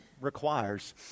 requires